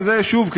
וזה שוב,